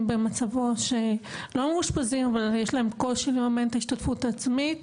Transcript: במצבו שלא מאושפזים אבל יש להם קושי לממן את ההשתתפות העצמית,